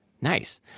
nice